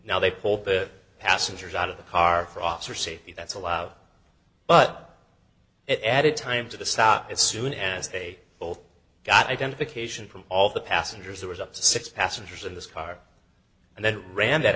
now they pull bit passengers out of the car for officer safety that's allowed but it added time to the south as soon as they both got identification from all the passengers there was up to six passengers in this car and then ran that